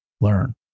learn